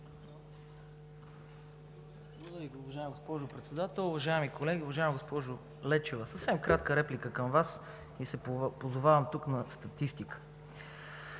уважаеми колеги! Уважаема госпожо Лечева, съвсем кратка реплика към Вас и се позовавам тук на статистика.